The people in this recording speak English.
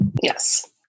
Yes